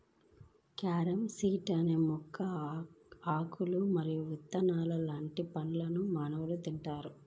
carom seeds మొక్కల ఆకులు మరియు విత్తనం లాంటి పండ్లను మానవులు తింటారు